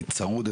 אני צרוד,